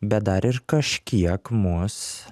bet dar ir kažkiek mus